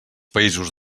països